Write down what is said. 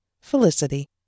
Felicity